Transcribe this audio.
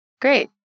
great